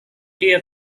dear